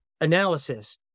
analysis